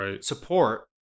support